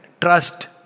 trust